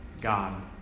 God